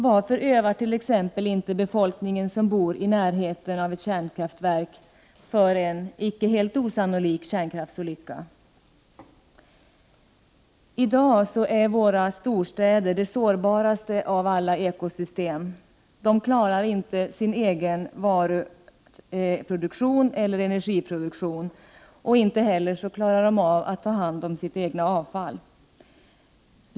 Varför övar t.ex. inte befolkningen som bor i närheten av ett kärnkraftverk för en, icke helt osannolik, kärnkraftsolycka? I dag är våra storstäder de sårbaraste av alla ekosystem. De klarar inte sin egen varueller energiproduktion, och de klarar inte att ta hand om det egna avfallet.